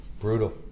Brutal